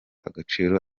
agaciro